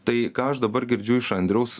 tai ką aš dabar girdžiu iš andriaus